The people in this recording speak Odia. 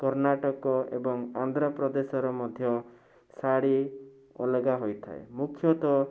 କର୍ଣ୍ଣାଟକ ଏବଂ ଆନ୍ଧ୍ରପ୍ରଦେଶରେ ମଧ୍ୟ ଶାଢ଼ୀ ଅଲଗା ହୋଇଥାଏ ମୁଖ୍ୟତଃ